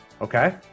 okay